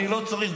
אני לא צריך,